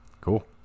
cool